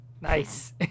Nice